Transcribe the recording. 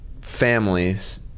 families